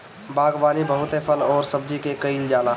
बागवानी बहुते फल अउरी सब्जी के कईल जाला